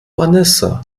vanessa